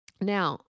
Now